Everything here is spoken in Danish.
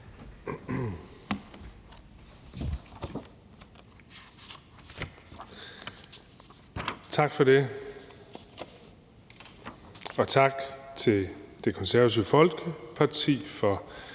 Tak for det, og tak til Det Konservative Folkeparti for